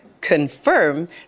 confirm